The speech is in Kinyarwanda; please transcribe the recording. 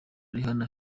rihanna